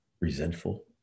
resentful